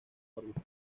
órbita